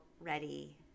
ready